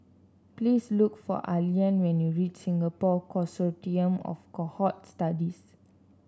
please look for Allean when you reach Singapore Consortium of Cohort Studies